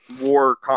war